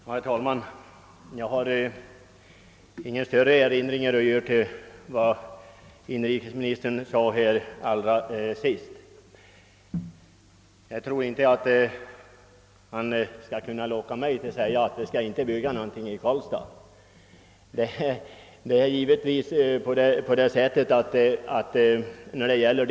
Herr talman! Jag har inga större erinringar mot vad inrikesministern senast har anfört. Han skall dock inte kunna locka mig till att säga att det inte skall byggas någonting i Karlstad. I dessa stora frågor är angelägenheter na gemensamma för hela länet.